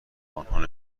آنها